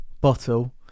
Bottle